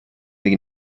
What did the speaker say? the